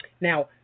Now